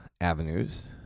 avenues